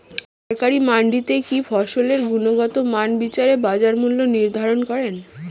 সরকারি মান্ডিতে কি ফসলের গুনগতমান বিচারে বাজার মূল্য নির্ধারণ করেন?